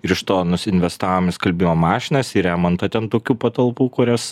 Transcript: ir iš to nus investavom į skalbimo mašinas į remontą ten tokių patalpų kurias